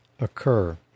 occur